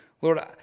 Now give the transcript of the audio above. Lord